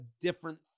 different